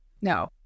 No